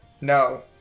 No